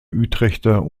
utrechter